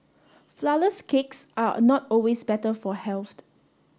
flourless cakes are not always better for health